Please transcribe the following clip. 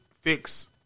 fix